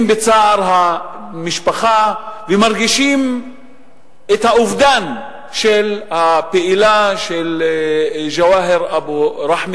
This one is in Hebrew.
בצער המשפחה ומרגישים את האובדן של הפעילה ג'והאר אבו רחמה